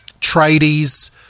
tradies